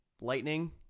lightning